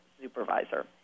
supervisor